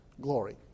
glory